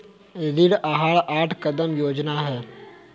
ऋण आहार आठ कदम योजना है